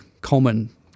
common